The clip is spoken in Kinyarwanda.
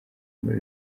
muri